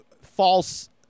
false